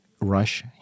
rush